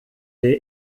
der